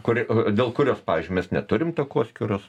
kuri dėl kurios pavyzdžiui mes neturim takoskyros